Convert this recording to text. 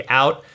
out